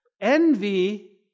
Envy